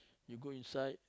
you go inside